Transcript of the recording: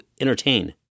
entertain